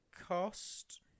cost